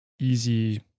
easy